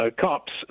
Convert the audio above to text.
cops